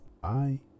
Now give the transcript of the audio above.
Bye